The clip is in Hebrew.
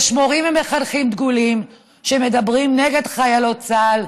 יש מורים ומחנכים דגולים שמדברים נגד חיילות צה"ל,